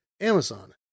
Amazon